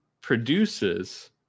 produces